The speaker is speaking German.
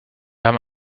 haben